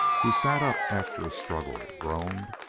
he sat up after a struggle, groaned,